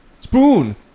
spoon